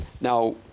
Now